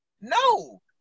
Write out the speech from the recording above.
No